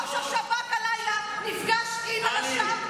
מה שמשנה זה שראש השב"כ הלילה נפגש עם הרש"פ,